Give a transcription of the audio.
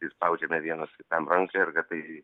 kai spaudžiame vienas kitam ranką ir kad tai